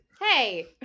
Hey